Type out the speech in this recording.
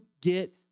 get